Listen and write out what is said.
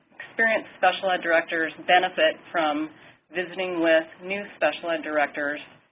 experienced special ed directors benefit from visiting with new special ed directors.